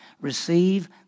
receive